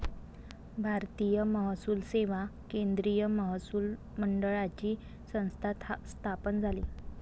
भारतीय महसूल सेवा केंद्रीय महसूल मंडळाची संस्था स्थापन झाली